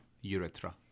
urethra